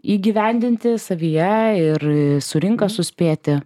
įgyvendinti savyje ir su rinka suspėti